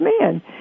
man